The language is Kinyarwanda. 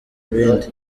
ibindi